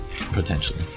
Potentially